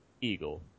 eagle